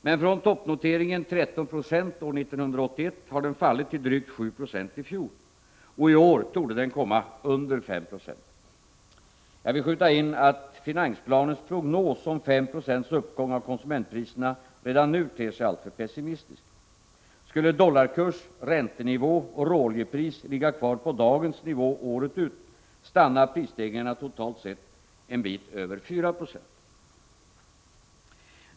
Men från toppnoteringen 13 96 år 1981 har den fallit till drygt 7 90 i fjol. Och i år torde den komma under 5 96. Jag vill skjuta in att finansplanens prognos om 5 96 uppgång av konsumentpriserna redan nu ter sig alltför pessimistisk. Skulle dollarkurs, räntenivå och råoljepris ligga kvar på dagens nivå året ut, stannar prisstegringarna totalt sett en bit över 4 I.